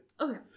Okay